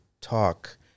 talk